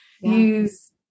use